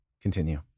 continue